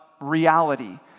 reality